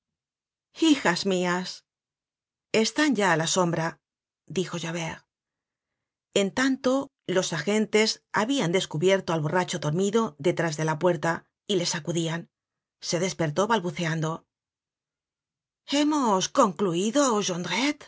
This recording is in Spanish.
hijas mias están ya á la sombra dijo javert en tanto los agentes habian descubierto al bftrracho dormido detrás de la puerta y le sacudian se despertó balbuceando hemos concluido